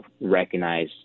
recognize